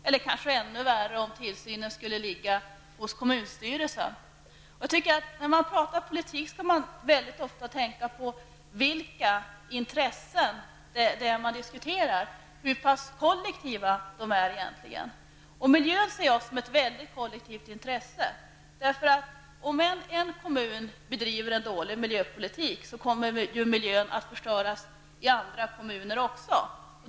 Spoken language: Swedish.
Ännu värre är det kanske om tillsynen skulle ligga hos kommunstyrelsen. När man talar politik tycker jag att man ofta skall tänka på vilka intressen det egentligen är man diskuterar och hur pass kollektiva dessa är. Miljön ser jag som ett ytterst kollektivt intresse. Om en kommun bedriver en dålig miljöpolitik, kommer ju miljön att förstöras i andra kommuner också.